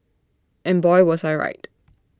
and boy was I right